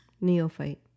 Neophyte